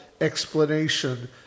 explanation